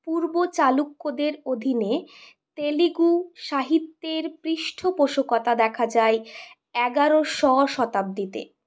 পূর্ব চালুক্যদের অধীনে তেলুগু সাহিত্যের পৃষ্ঠপোষকতা দেখা যায় এগারোশ শতাব্দীতে